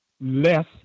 less